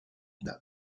nam